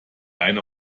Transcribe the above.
eine